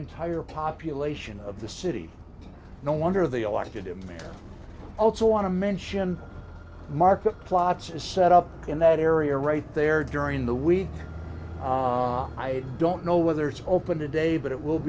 entire population of the city no wonder they elected him to also want to mention market plots is set up in that area right there during the week i don't know whether it's open today but it will